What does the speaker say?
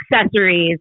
accessories